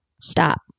Stop